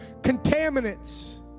Contaminants